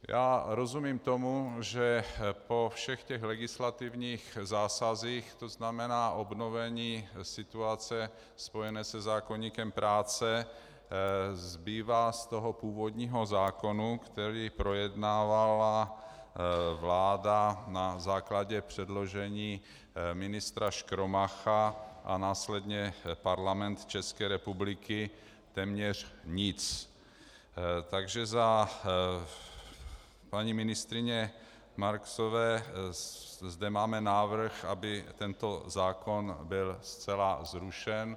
Já rozumím tomu, že po všech těch legislativních zásazích, to znamená obnovení situace spojené se zákoníkem práce, nezbývá z původního zákona, který projednávala vláda na základě předložení ministra Škromacha a následně Parlament České republiky, téměř nic, takže za paní ministryně Marksové zde máme návrh, aby tento zákon byl zcela zrušen.